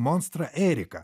monstrą erika